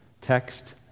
text